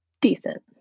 decent